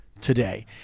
today